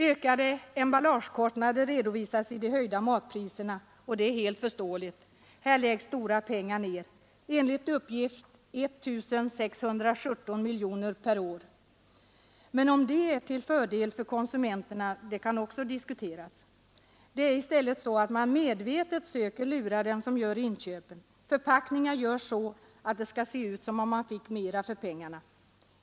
Ökade emballagekostnader redovisades i de höjda matpriserna, och det är helt förståeligt. Här läggs stora pengar ner, enligt uppgift 1 617 miljoner kronor per år. Men om det är till fördel för konsumenterna kan diskuteras. Det är i stället så att man medvetet söker lura den som gör inköpen. Förpackningar görs sådana att det skall se ut som om man fick mera för pengarna.